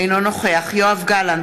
אינו נוכח יואב גלנט,